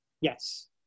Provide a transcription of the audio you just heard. Yes